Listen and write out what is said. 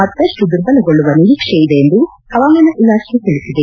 ಮತ್ತಷ್ಟು ದುರ್ಬಲಗೊಳ್ಳುವ ನಿರೀಕ್ಷೆ ಇದೆ ಎಂದು ಹವಾಮಾನ ಇಲಾಖೆ ತಿಳಿಸಿದೆ